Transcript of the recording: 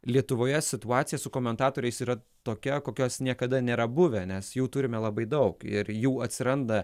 lietuvoje situacija su komentatoriais yra tokia kokios niekada nėra buvę nes jų turime labai daug ir jų atsiranda